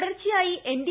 തുടർച്ചയായി എൻഡി